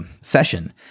session